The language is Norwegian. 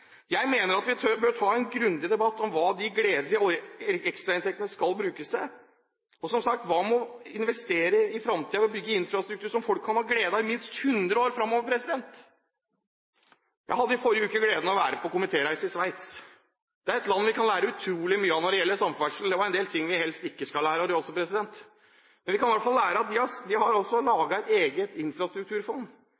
Jeg mener vi bør ta en grundig debatt om hva de gledelige ekstrainntektene skal brukes til. Og som sagt, hva med å investere i fremtiden og bygge infrastruktur, som folk kan ha glede av i minst 100 år fremover? Jeg hadde i forrige uke gleden av å være på komitéreise i Sveits. Det er et land vi kan lære utrolig mye av når det gjelder samferdsel. Det var en del ting vi helst ikke skal lære der også, men vi kan i hvert fall lære at de har